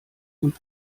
und